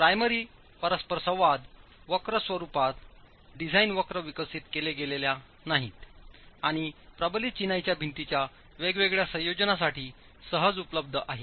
primary परस्परसंवाद वक्र स्वरूपात डिझाईन वक्र विकसित केल्या गेलेल्या नाहीत आणि प्रबलित चिनाईच्या भिंतींच्या वेगवेगळ्या संयोजनांसाठी सहज उपलब्ध आहेत